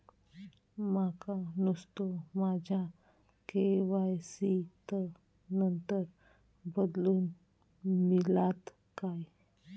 माका नुस्तो माझ्या के.वाय.सी त नंबर बदलून मिलात काय?